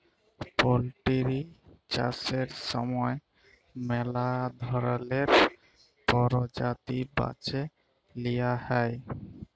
poultry চাষের সময় ম্যালা ধরলের পরজাতি বাছে লিঁয়া হ্যয়